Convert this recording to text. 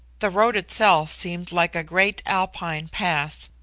the road itself seemed like a great alpine pass,